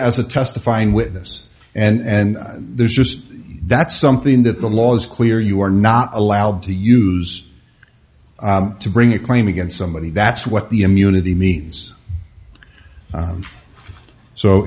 as a testifying witness and there's just that's something that the law is clear you're not allowed to use to bring a claim against somebody that's what the immunity means